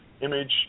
image